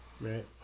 Right